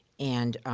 and, um.